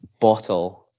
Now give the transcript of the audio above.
bottle